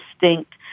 distinct